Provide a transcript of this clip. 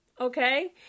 Okay